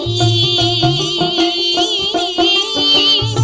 e